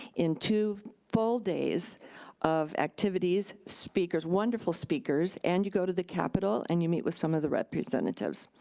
in two full days of activities, speakers, wonderful speakers and you go to the capital and you meet with some of the representatives.